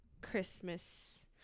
Christmas